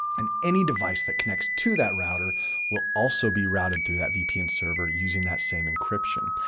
and any device that connects to that router will also be routed through that vpn server using that same encryption.